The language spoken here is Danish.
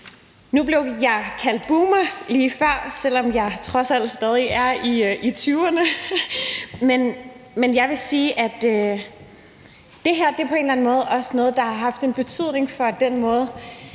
Nu blev jeg kaldt boomer lige før, selv om jeg trods alt stadig er i tyverne, men jeg vil sige, at det her på en eller anden måde også er noget, der har haft en betydning for den måde,